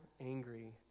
angry